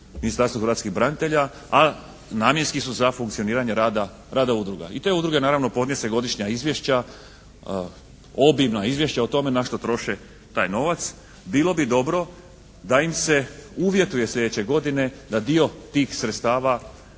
Ministarstvu hrvatskih branitelja, a namjenski su za funkcioniranje rada udruga i te udruge naravno podnose godišnja izvješća, obimna izvješća o tome na što troše taj novac. Bilo bi dobro da im se uvjetuje sljedeće godine da dio tih sredstava